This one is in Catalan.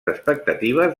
expectatives